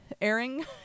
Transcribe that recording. airing